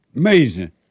amazing